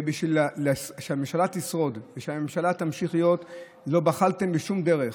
ובשביל שהממשלה תשרוד ושהממשלה תמשיך להיות לא בחלתם בשום דרך,